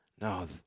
No